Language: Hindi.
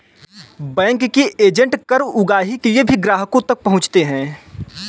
बैंक के एजेंट कर उगाही के लिए भी ग्राहकों तक पहुंचते हैं